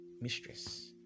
mistress